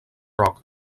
roc